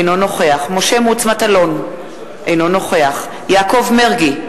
אינו נוכח משה מטלון, אינו נוכח יעקב מרגי,